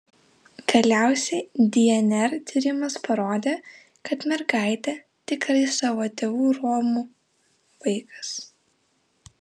galiausiai dnr tyrimas parodė kad mergaitė tikrai savo tėvų romų vaikas